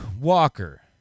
Walker